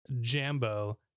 Jambo